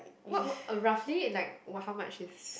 what what uh roughly like how much is